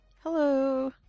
Hello